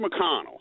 McConnell